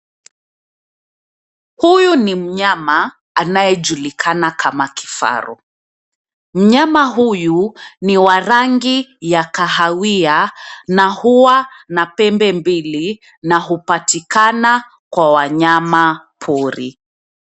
Huyu ni mnyama anayejulikana kama kifaru. Mnyama huyu ni wa rangi ya kahawia na huwa na pembe mbili na hupatikana kwa wanyamapori.